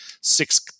six